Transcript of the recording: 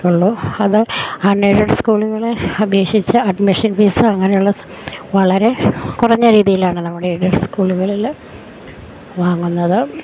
ഉള്ളൂ അത് unaided സ്കൂളുകളെ അപേക്ഷിച്ച് അഡ്മിഷൻ ഫീസ് അങ്ങനെയുള്ള വളരെ കുറഞ്ഞ രീതിയിലാണ് നമ്മുടെ എയ്ഡഡ് സ്കൂളുകളില് വാങ്ങുന്നത്